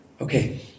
Okay